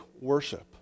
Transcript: worship